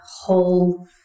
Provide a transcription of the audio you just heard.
whole